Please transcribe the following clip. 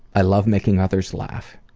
i love making others laugh.